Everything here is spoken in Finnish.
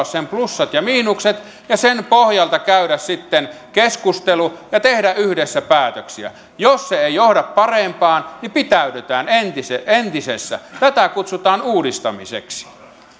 sen plussat ja miinukset ja sen pohjalta käydä sitten keskustelun ja tehdä yhdessä päätöksiä jos se ei johda parempaan niin pitäydytään entisessä entisessä tätä kutsutaan uudistamiseksi